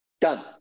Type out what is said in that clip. done